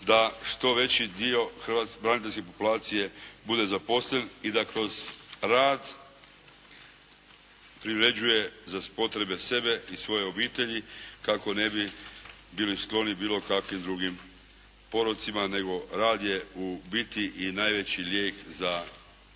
da što veći dio braniteljske populacije bude zaposlen i da kroz rad privređuje za potrebe sebe i svoje obitelji kako ne bi bili skloni bilo kakvim drugim porocima nego rad je u biti i najveći lijek za ono